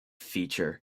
feature